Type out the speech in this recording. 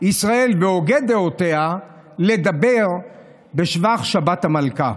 ישראל והוגי דעותיה לדבר בשבח שבת המלכה,